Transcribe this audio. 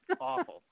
awful